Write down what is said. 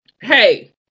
hey